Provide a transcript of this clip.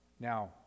Now